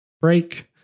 break